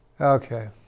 Okay